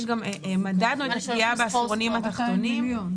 יש גם מדד של פגיעה בעשירונים התחתונים.